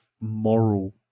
moral